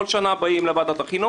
אנחנו שמחים שזה עובר ויישר כוח.